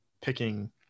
picking